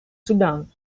sudan